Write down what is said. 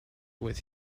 with